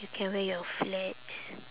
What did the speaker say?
you can wear your flats